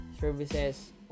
services